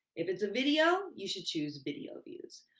if it's a video, you should choose video views.